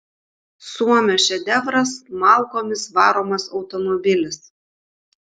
suomio šedevras malkomis varomas automobilis